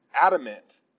adamant